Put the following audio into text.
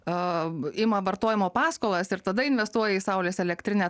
a ima vartojimo paskolas ir tada investuoja į saulės elektrinę